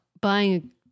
buying